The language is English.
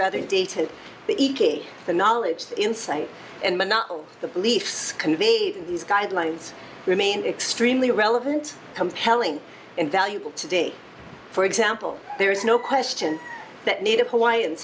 rather dated the ek the knowledge insight and not the beliefs conveyed these guidelines remain extremely relevant compelling and valuable today for example there is no question that native hawaiian